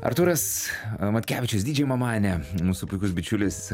artūras matkevičius dydžėj mamanė mūsų puikus bičiulis